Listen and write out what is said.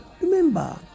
Remember